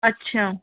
अच्छा